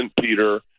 Peter